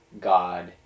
God